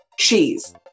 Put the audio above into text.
cheese